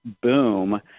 boom